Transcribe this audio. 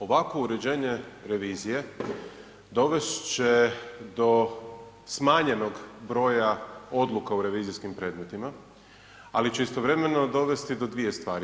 Ovakvo uređenje revizije dovesti će do smanjenog broja odluka u revizijskim predmetima ali će istovremeno dovesti do dvije stvari.